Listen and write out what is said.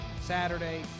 Saturday